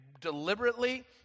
deliberately